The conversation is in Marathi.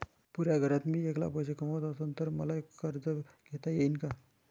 पुऱ्या घरात मी ऐकला पैसे कमवत असन तर मले कर्ज घेता येईन का?